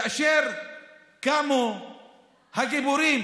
כאשר קמו הגיבורים